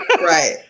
Right